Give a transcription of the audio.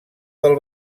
del